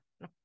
no